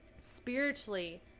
spiritually